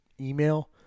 email